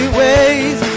ways